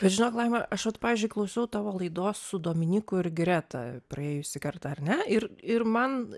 bet žinok laima aš vat pavyzdžiui klausiau tavo laidos su dominyku ir greta praėjusį kartą ar ne ir ir man